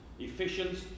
efficient